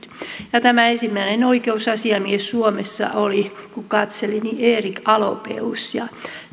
tämä ensimmäinen oikeusasiamies suomessa oli kun katselin erik alopaeus ja